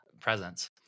presence